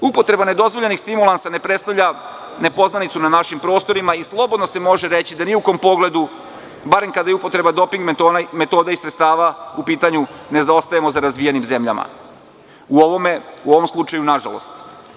Upotreba nedozvoljenih stimulansa ne predstavlja nepoznanicu na našim prostorima i slobodno se može reći da ni u kom pogledu, barem kada je upotreba doping metode i sredstava u pitanju ne zaostajem za razvijenim zemljama u ovom slučaju nažalost.